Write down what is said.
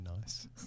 nice